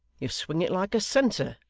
you swing it like a censer